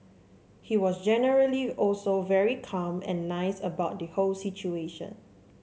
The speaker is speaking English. he was generally also very calm and nice about the whole situation